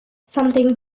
something